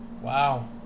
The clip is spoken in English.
Wow